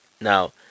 Now